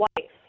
wife